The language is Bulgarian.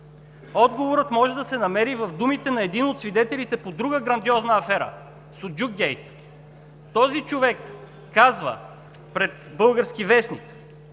Отговорът може да се намери в думите на един от свидетелите по друга грандиозна афера – Суджук гейт. Този човек казва пред български вестник: